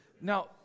Now